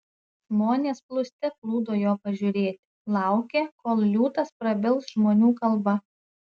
žmonės plūste plūdo jo pažiūrėti laukė kol liūtas prabils žmonių kalba